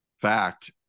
fact